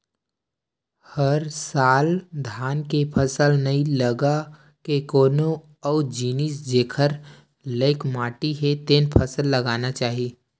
हर साल धान के फसल नइ लगा के कोनो अउ जिनिस जेखर लइक माटी हे तेन फसल लगाना चाही